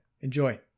Enjoy